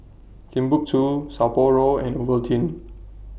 Timbuk two Sapporo and Ovaltine